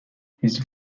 his